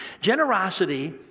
Generosity